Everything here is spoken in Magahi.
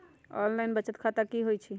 ऑनलाइन बचत खाता की होई छई?